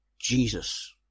Jesus